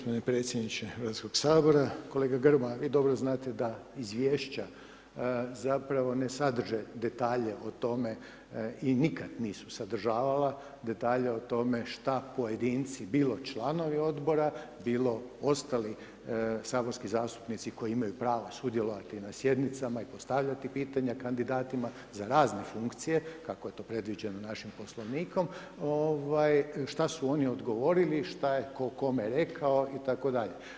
Poštovani g. predsjedniče Hrvatskog sabora, kolega Grmoja, vi dobro znate da Izvješća zapravo ne sadrže detalje o tome i nikad nisu sadržavala detalje o tome šta pojedinci, bilo članovi Odbora, bilo ostali saborski zastupnici koji imaju prava sudjelovati na sjednicama i postavljati pitanja kandidatima za razne funkcije, kako je to predviđeno našim Poslovnikom, ovaj, šta su oni odgovorili, šta je tko kome rekao itd.